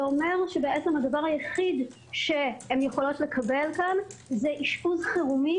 זה אומר שבעצם הדבר היחיד שהן יכולות לקבל כאן זה אשפוז חירומי,